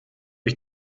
ich